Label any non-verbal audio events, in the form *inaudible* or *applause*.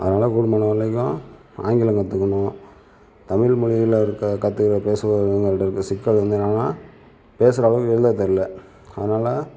அதனால கூடுமான வரைக்கும் ஆங்கிலம் கற்றுக்கணும் தமிழ் மொழியில் இருக்க கத்துக்க பேசுவ *unintelligible* சிக்கல் இருந்ததுனால் பேசுகிற அளவுக்கு வெளில தெரில அதனால்